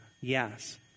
Yes